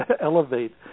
elevate